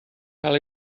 cael